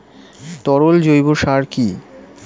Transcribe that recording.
তরল জৈব সার কি?